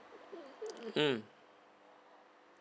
mm